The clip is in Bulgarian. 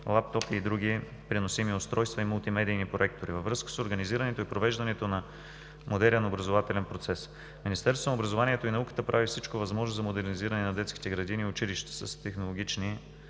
лаптопи и други преносими устройства и мултимедийни проектори във връзка с организирането и провеждането на модерен образователен процес. Министерството на образованието и науката прави всичко възможно за модернизиране на детските градини и училища с технологични